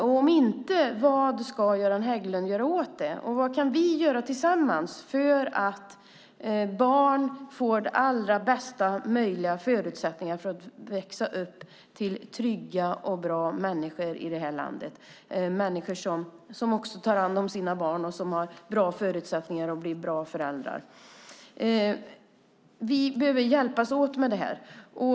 Om inte, vad ska Göran Hägglund göra åt det? Vad kan vi göra tillsammans för att barn ska få bästa möjliga förutsättningar för att växa upp till trygga och bra människor i det här landet, människor som också tar hand om sina barn och som har bra förutsättningar att bli bra föräldrar. Vi behöver hjälpas åt med det här.